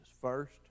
First